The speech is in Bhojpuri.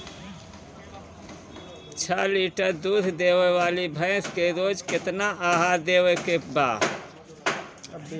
छह लीटर दूध देवे वाली भैंस के रोज केतना आहार देवे के बा?